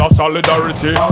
solidarity